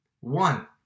One